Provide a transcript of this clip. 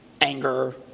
anger